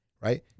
Right